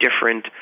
different